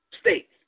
states